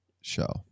show